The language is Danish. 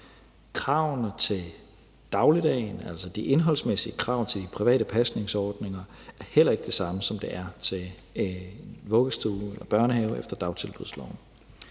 Kravene til dagligdagen, altså de indholdsmæssige krav til de private pasningsordninger, er heller ikke de samme, som de er til en vuggestue eller børnehave efter dagtilbudsloven.